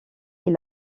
est